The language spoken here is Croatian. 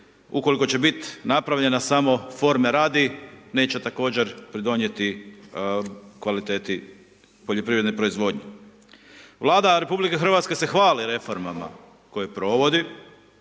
ukoliko će biti napravljena samo forme radi, neće također pridonijeti kvaliteti poljoprivredne proizvodnje. Vlada RH se hvali reformama koje provodi,